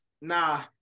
Nah